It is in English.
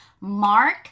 Mark